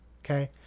okay